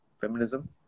Feminism